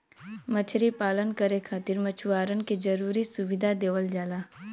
मछरी पालन करे खातिर मछुआरन के जरुरी सुविधा देवल जाला